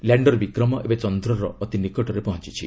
ଲ୍ୟାଶ୍ଚର ବିକ୍ରମ ଏବେ ଚନ୍ଦ୍ରର ଅତି ନିକଟରେ ପହଞ୍ଚିଛି